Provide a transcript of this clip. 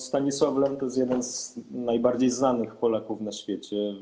Stanisław Lem to jest jeden z najbardziej znanych Polaków na świecie.